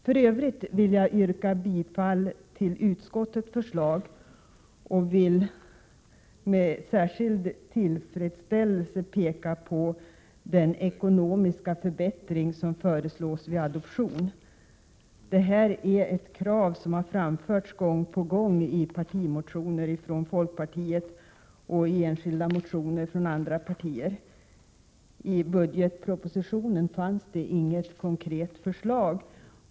För övrigt vill jag yrka bifall till utskottets förslag och vill med särskild tillfredsställelse peka på den ekonomiska förbättring som föreslås vid adoption. Det är ett krav som har framförts gång på gång i partimotioner från folkpartiet och i enskilda motioner från andra partier. I budgetpropositionen fanns det inget konkret förslag.